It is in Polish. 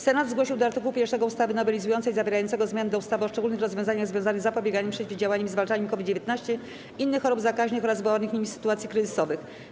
Senat zgłosił do art. 1 ustawy nowelizującej zawierającego zmiany do ustawy o szczególnych rozwiązaniach związanych z zapobieganiem, przeciwdziałaniem i zwalczaniem COVID-19, innych chorób zakaźnych oraz wywołanych nimi sytuacji kryzysowych.